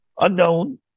Unknown